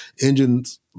engine's